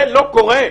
זה לא קורה.